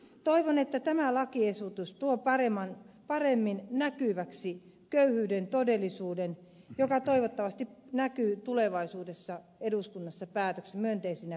toivon että tämä lakiesitys tuo paremmin näkyväksi köyhyyden todellisuuden joka toivottavasti näkyy tulevaisuudessa eduskunnassa myönteisenä päätöksentekona